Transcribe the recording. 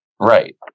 Right